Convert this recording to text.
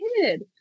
kid